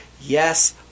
Yes